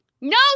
No